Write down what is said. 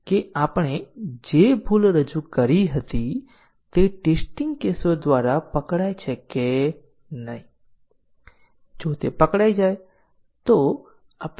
પ્રથમ પ્રશ્ન એ છે કે કવરેજ આધારિત ટેસ્ટીંગ દ્વારા તમે શું સમજો છો